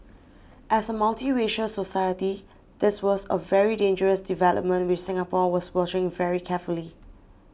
as a multiracial society this was a very dangerous development which Singapore was watching very carefully